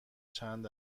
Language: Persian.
چند